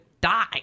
die